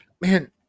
man